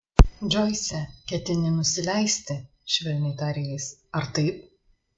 džoise ketini nusileisti švelniai tarė jis ar taip